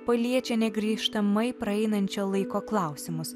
paliečia negrįžtamai praeinančio laiko klausimus